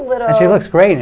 a little she looks great